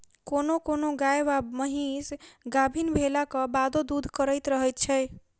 कोनो कोनो गाय वा महीस गाभीन भेलाक बादो दूध करैत रहैत छै